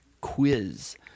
Quiz